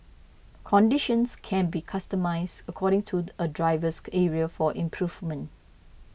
conditions can be customised according to a driver's area for improvement